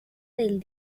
del